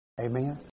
Amen